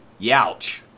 Youch